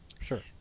Sure